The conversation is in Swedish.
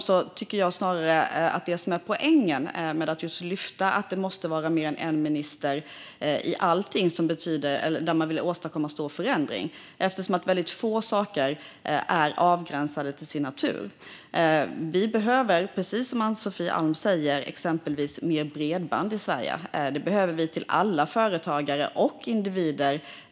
Jag tycker snarare att det som är poängen med att lyfta fram att det måste vara mer än en minister i allting där man vill åstadkomma stor förändring är att väldigt få saker är avgränsade till sin natur. Vi behöver exempelvis, precis som Ann-Sofie Alm säger, mer bredband i Sverige till alla företagare och individer.